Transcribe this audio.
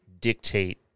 dictate